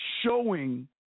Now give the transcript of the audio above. showing